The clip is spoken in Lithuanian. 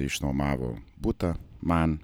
išnuomavo butą man